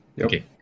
okay